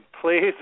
Please